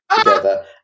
together